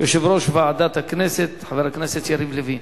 יושב-ראש ועדת הכנסת יריב לוין.